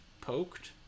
Poked